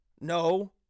No